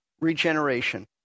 regeneration